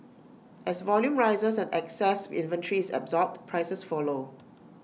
as volume rises and excess inventory is absorbed prices follow